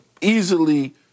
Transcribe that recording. easily